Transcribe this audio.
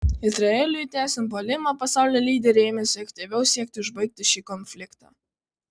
izraeliui tęsiant puolimą pasaulio lyderiai ėmėsi aktyviau siekti užbaigti šį konfliktą